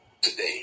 today